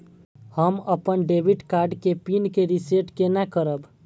हम अपन debit card के पिन के रीसेट केना करब?